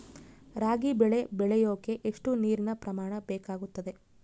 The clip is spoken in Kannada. ರಾಗಿ ಬೆಳೆ ಬೆಳೆಯೋಕೆ ಎಷ್ಟು ನೇರಿನ ಪ್ರಮಾಣ ಬೇಕಾಗುತ್ತದೆ?